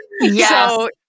Yes